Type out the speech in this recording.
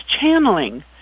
channeling